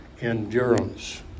endurance